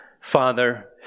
Father